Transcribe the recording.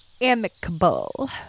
Amicable